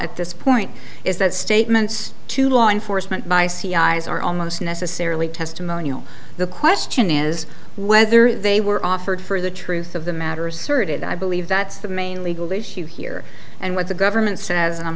at this point is that statements to law enforcement by c i s are almost necessarily testimonial the question is whether they were offered for the truth of the matter asserted i believe that's the main legal issue here and what the government says